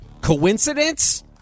Coincidence